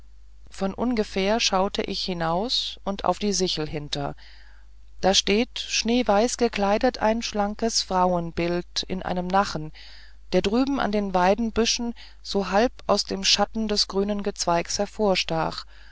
von ungefähr schau ich hinaus und auf die sichel hinter da steht schneeweiß gekleidet ein schlankes frauenbild in einem nachen der drüben an den weidenbüschen so halb aus dem schatten des grünen gezweigs